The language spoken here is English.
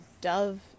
Dove